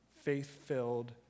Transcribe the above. faith-filled